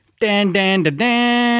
Dan-dan-da-dan